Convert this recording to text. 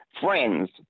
Friends